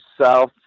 South